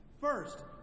First